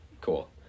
cool